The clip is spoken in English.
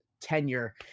tenure